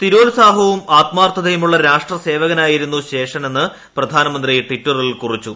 സ്ഥിരോൽസാഹവും ആത്മാർത്ഥതയുമുള്ള രാഷ്ട്ര സേവകനായിരുന്നു ശേഷനെന്ന് പ്രധാനമന്ത്രി ട്വിറ്ററിൽ കുറിച്ചു